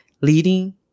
leading